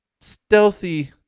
stealthy